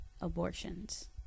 abortions